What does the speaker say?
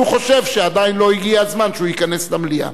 חושב שעדיין לא הגיע הזמן שהוא ייכנס למליאה.